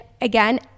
again